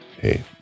Hey